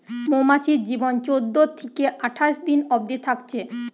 মৌমাছির জীবন চোদ্দ থিকে আঠাশ দিন অবদি থাকছে